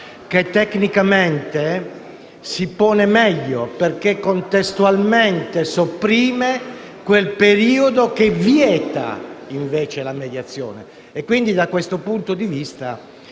che tecnicamente si pone meglio perché contestualmente sopprime quel periodo che vieta la mediazione, quindi da questo punto di vista